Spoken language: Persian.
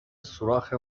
سوراخ